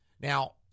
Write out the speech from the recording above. Now